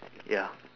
ya